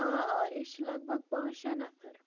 آ آ أسۍ چھِ لگ بَگ پانٛژھ شےٚ نفر